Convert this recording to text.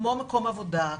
כמו מקום עבודה,